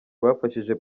bafashije